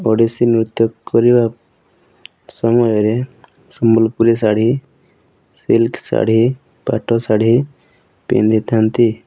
ଓଡ଼ିଶୀ ନୃତ୍ୟ କରିବା ସମୟରେ ସମ୍ବଲପୁରୀଶାଢ଼ୀ ସିଲକ୍ ଶାଢ଼ୀ ପାଟଶାଢ଼ୀ ପିନ୍ଧିଥାନ୍ତି